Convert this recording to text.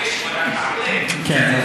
לכם, כן,